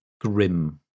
grim